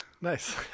nice